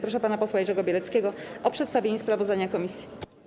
Proszę pana posła Jerzego Bieleckiego o przedstawienie sprawozdania komisji.